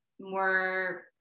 more